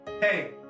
Hey